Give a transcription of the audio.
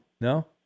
No